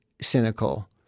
cynical